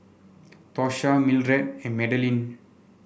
Tosha Mildred and Madalynn